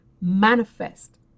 manifest